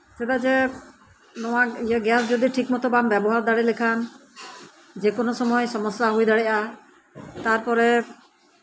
ᱪᱮᱫᱟᱜ ᱡᱮ ᱱᱚᱣᱟ ᱜᱮᱥ ᱡᱚᱫᱤ ᱴᱷᱤᱠ ᱢᱚᱛᱮ ᱵᱟᱢ ᱵᱮᱵᱚᱦᱟᱨ ᱫᱟᱲᱮ ᱞᱮᱠᱷᱟᱡ ᱡᱮᱠᱳᱱᱳ ᱥᱚᱢᱚᱭ ᱥᱚᱢᱚᱥᱥᱟ ᱦᱩᱭ ᱫᱟᱲᱮᱭᱟᱜᱼᱟ ᱛᱟᱨᱯᱚᱨᱮ